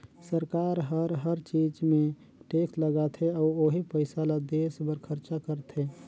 सरकार हर हर चीच मे टेक्स लगाथे अउ ओही पइसा ल देस बर खरचा करथे